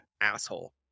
asshole